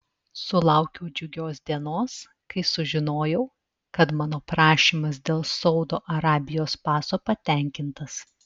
sulaukiau džiugios dienos kai sužinojau kad mano prašymas dėl saudo arabijos paso patenkintas